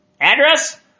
Address